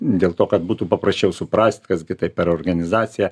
dėl to kad būtų paprasčiau suprast kas gi tai per organizacija